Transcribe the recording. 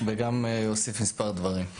אני אשמח להתייחס וגם להוסיף מספר דברים.